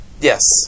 Yes